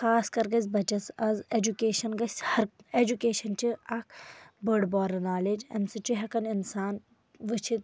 خاص کَر گژھِ بَچَس آز ایٚجوٗکیشن گژھِ ہَر ایٚجوٗکیشن چھِ اکھ بٔڑ بارٕ نالیج اَمہِ سۭتۍ چُھ ہٮ۪کان اِنسان وٕچھِتھ